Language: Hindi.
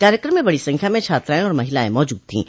कार्यक्रम में बड़ी संख्या में छात्राएं और महिलायें मौजूद थीं